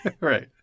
Right